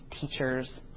teachers